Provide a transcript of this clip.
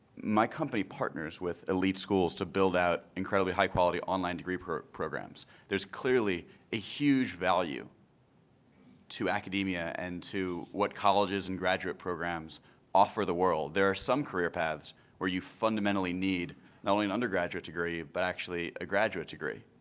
my company partners with elite schools to build out incredibly high quality online degree programs. there's clearly a huge value to academia and to what colleges and graduate programs offer the world. there are some career paths where you fundamentally need not only an undergraduate degree, but actually a graduate degree.